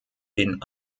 den